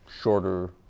shorter